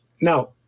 now